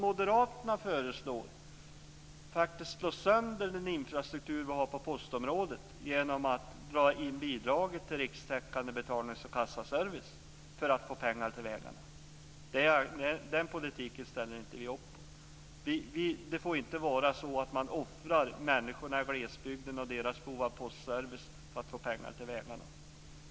Moderaterna föreslår att man ska slå sönder den infrastruktur som vi har på postområdet genom att dra in bidraget till rikstäckande betalnings och kassaservice för att få pengar till vägarna. Den politiken ställer vi inte upp på. Det får inte vara så att man offrar människorna i glesbygden och deras behov av postservice för att få pengar till vägarna.